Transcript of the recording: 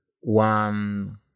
one